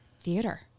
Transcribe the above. Theater